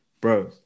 Bro